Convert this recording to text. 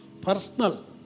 Personal